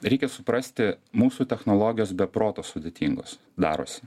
reikia suprasti mūsų technologijos be proto sudėtingos darosi